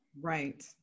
Right